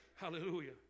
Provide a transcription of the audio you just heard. Hallelujah